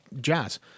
jazz